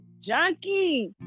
junkie